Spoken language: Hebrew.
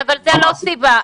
אבל זו לא סיבה.